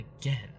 again